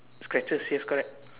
scratches yes correct